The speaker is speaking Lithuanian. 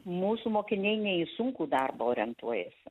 mūsų mokiniai ne į sunkų darbą orientuojasi